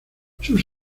sus